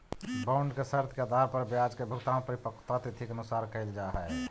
bond के शर्त के आधार पर ब्याज के भुगतान परिपक्वता तिथि के अनुसार कैल जा हइ